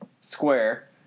square